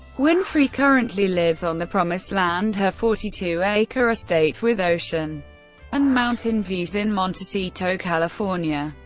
winfrey currently lives on the promised land, her forty two acre estate with ocean and mountain views in montecito, california.